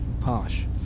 Posh